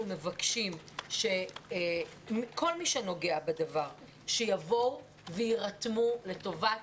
אנחנו מבקשים שכל מי שנוגע בדבר שיבואו וירתמו לטובת